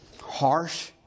harsh